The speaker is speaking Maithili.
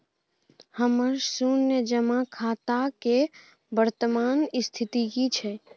हमर शुन्य जमा खाता के वर्तमान स्थिति की छै?